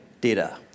data